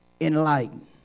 enlighten